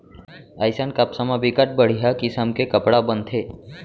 अइसन कपसा म बिकट बड़िहा किसम के कपड़ा बनथे